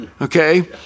okay